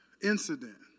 incident